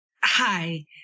Hi